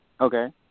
Okay